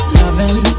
loving